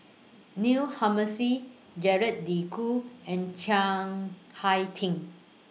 Neil Humphreys Gerald De Cruz and Chiang Hai Ding